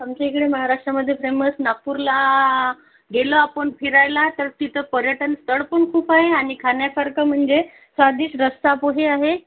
आमच्या इकडे महाराष्ट्रामध्ये फेमस नागपूरला गेलो आपण फिरायला तर तिथं पर्यटनस्थळं पण खूप आहे आणि खाण्यासारखं म्हणजे स्वादिष्ट रस्सापोहे आहे